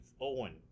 Owen